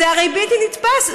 זה הרי בלתי נתפס.